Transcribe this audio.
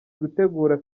gutegura